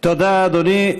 תודה, אדוני.